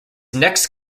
next